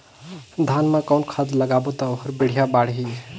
धान मा कौन खाद लगाबो ता ओहार बेडिया बाणही?